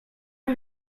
are